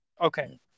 Okay